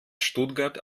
stuttgart